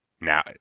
now